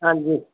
ਹਾਂਜੀ